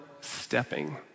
stepping